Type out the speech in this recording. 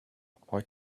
why